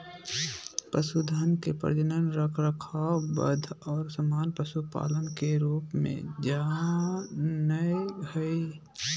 पशुधन के प्रजनन, रखरखाव, वध और सामान्य पशुपालन के रूप में जा नयय हइ